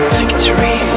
victory